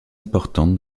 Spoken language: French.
importante